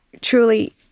Truly